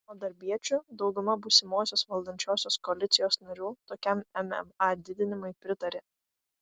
anot darbiečių dauguma būsimosios valdančiosios koalicijos narių tokiam mma didinimui pritarė